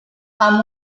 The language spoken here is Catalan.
amb